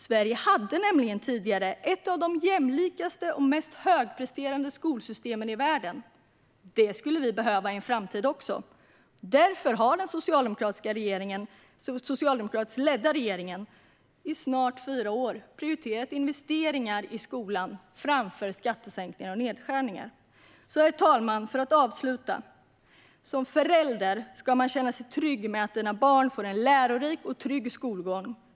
Sverige hade nämligen tidigare ett av de mest jämlika och högpresterande skolsystemen i världen. Det skulle vi behöva i framtiden också. Därför har den socialdemokratiskt ledda regeringen i snart fyra år prioriterat investeringar i skolan framför skattesänkningar och nedskärningar. Herr talman! Som förälder ska man känna sig trygg med att ens barn får en lärorik och trygg skolgång.